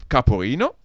Caporino